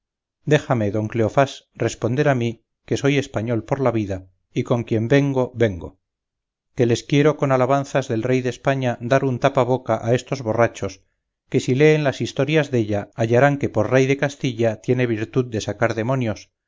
déjame don cleofás responder a mí que soy español por la vida y con quien vengo vengo que les quiero con alabanzas del rey de españa dar un tapaboca a estos borrachos que si leen las historias della hallarán que por rey de castilla tiene virtud de sacar demonios